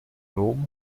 rom